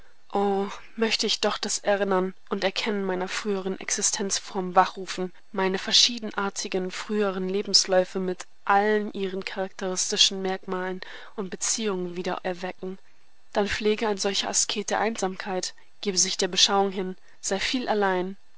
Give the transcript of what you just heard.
möchte ich doch das erinnern und erkennen meiner früheren existenzformen wachrufen meine verschiedenartigen früheren lebensläufe mit allen ihren charakteristischen merkmalen und beziehungen wieder erwecken dann pflege ein solcher asket der einsamkeit gebe sich der beschauung hin sei viel allein